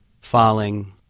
falling